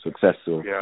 successful